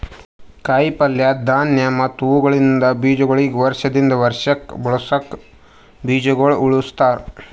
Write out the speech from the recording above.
ಕಾಯಿ ಪಲ್ಯ, ಧಾನ್ಯ ಮತ್ತ ಹೂವುಗೊಳಿಂದ್ ಬೀಜಗೊಳಿಗ್ ವರ್ಷ ದಿಂದ್ ವರ್ಷಕ್ ಬಳಸುಕ್ ಬೀಜಗೊಳ್ ಉಳುಸ್ತಾರ್